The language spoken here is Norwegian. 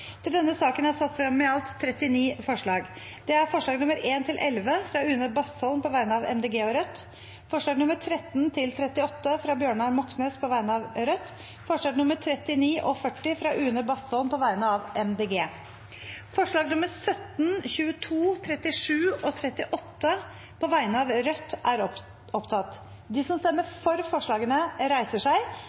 til andre gangs behandling i et senere møte i Stortinget. Under debatten er det satt frem i alt 39 forslag. Det er forslagene nr. 1–11, fra Une Bastholm på vegne av Miljøpartiet De Grønne og Rødt forslagene nr. 13–38, fra Bjørnar Moxnes på vegne av Rødt forslagene nr. 39 og 40, fra Une Bastholm på vegne av Miljøpartiet De Grønne Det voteres over forslagene nr. 17, 22, 37 og 38, fra Rødt.